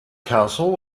castle